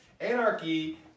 anarchy